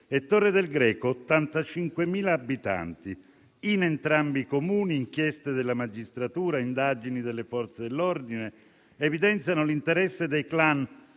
e Torre del Greco, che ne ha 85.000. In entrambi i Comuni inchieste della magistratura e indagini delle Forze dell'ordine evidenziano l'interesse dei *clan*